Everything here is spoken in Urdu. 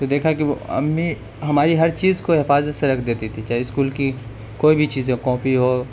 تو دیکھا کہ وہ امی ہماری ہر چیز کو حفاظت سے رکھ دیتی تھی چاہے اسکول کی کوئی بھی چیز ہو کاپی ہو